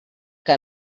que